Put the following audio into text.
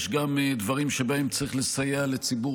יש גם דברים שבהם צריך לסייע לציבור